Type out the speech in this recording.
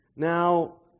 Now